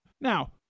Now